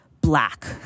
black